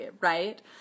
right